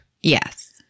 Yes